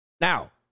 now